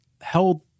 held